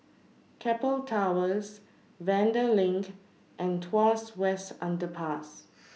Keppel Towers Vanda LINK and Tuas West Underpass